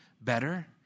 better